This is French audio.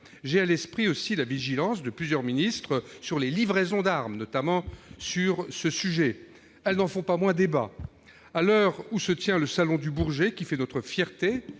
J'ai à l'esprit la vigilance de plusieurs ministres sur les livraisons d'armes. Elles n'en font pas moins débat. À l'heure où se tient le salon du Bourget, qui fait notre fierté,